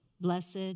blessed